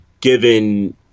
Given